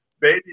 Baby